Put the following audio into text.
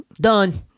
Done